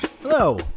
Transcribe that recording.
Hello